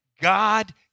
God